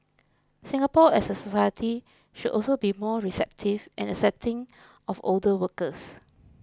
Singapore as a society should also be more receptive and accepting of older workers